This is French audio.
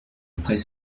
après